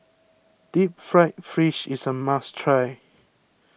Deep Fried Fish is a must try